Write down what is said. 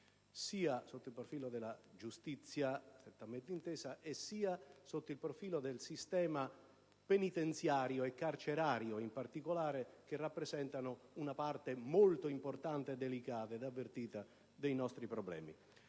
sia sotto il profilo della giustizia strettamente intesa, sia sotto il profilo del sistema penitenziario e carcerario, in particolare, che rappresentano una parte molto importante, delicata ed avvertita dei nostri problemi.